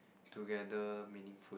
together meaningful